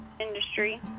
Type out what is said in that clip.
industry